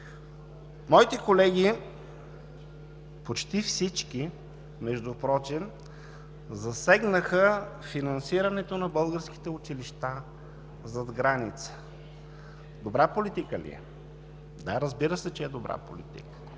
Моите колеги, почти всички, засегнаха финансирането на българските училища зад граница. Добра политика ли е? Да, разбира се, че е добра политика.